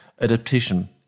adaptation